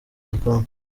igikombe